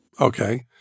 okay